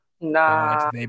Nah